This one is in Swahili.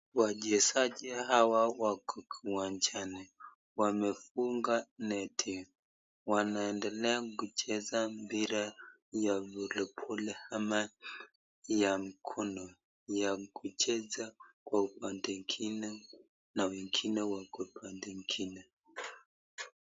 Wachezaji hawa wako kiwanjani, wamefunga neti, wanaendelea kucheza mpira ya voliboli ama ya mkono ya kucheza kwa upande ingine na wengine wako pande ingine.